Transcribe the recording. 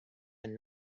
been